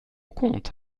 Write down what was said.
compte